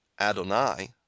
Adonai